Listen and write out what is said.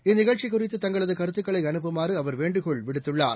இந்நிகழ்ச்சிகுறித்துத் தங்களதுகருத்துக்களைஅனுப்புமாறுஅவர் வேண்டுகோள் விடுத்துள்ளார்